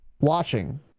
watching